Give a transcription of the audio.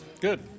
Good